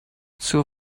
zur